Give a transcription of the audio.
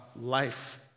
life